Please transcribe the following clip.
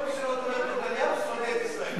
כל מי שלא תומך בנתניהו שונא את ישראל.